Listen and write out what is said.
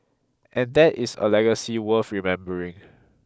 and that is a legacy worth remembering